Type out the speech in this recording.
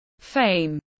fame